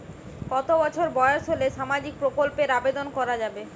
কত বছর বয়স হলে সামাজিক প্রকল্পর আবেদন করযাবে?